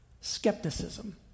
skepticism